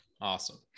Awesome